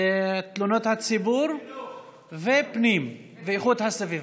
לתלונות הציבור ולפנים ואיכות הסביבה.